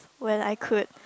when I could